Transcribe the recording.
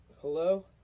Hello